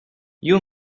you